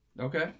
okay